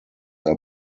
are